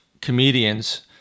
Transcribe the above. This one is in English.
comedians